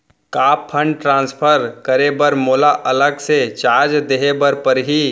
का fund transfer करे बर मोला अलग से चार्ज देहे बर परही?